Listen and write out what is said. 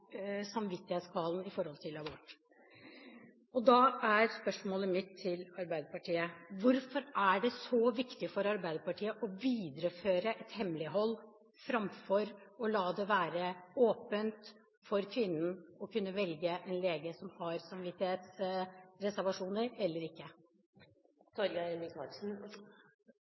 samvittighetskvalen når det gjelder abort. Da er spørsmålet mitt til Arbeiderpartiet: Hvorfor er det så viktig for Arbeiderpartiet å videreføre et hemmelighold framfor å la det være åpning for kvinnen til å kunne velge en lege som har samvittighetsreservasjoner, eller